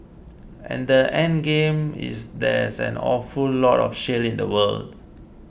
and the endgame is there's an awful lot of shale in the world